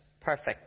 perfect